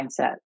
mindset